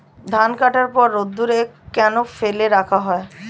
ধান কাটার পর রোদ্দুরে কেন ফেলে রাখা হয়?